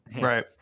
Right